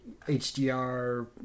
HDR